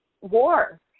war